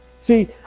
See